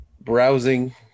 browsing